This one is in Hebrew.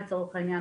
לצורך העניין,